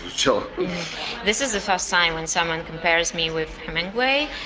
so this is the first time when someone compares me with hemingway.